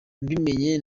mbimenye